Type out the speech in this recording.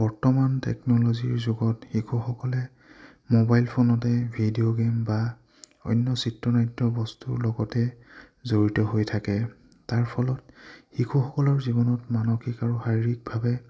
বৰ্তমান টেকন'লজিৰ যুগত শিশুসকলে মোবাইল ফোনতে ভিডিঅ' গেম বা অন্য চিত্ৰ নৃত্য বস্তুৰ লগতে জড়িত হৈ থাকে তাৰ ফলত শিশুসকলৰ জীৱনত মানসিক আৰু শাৰীৰিকভাৱে